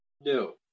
No